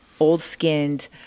old-skinned